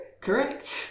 Correct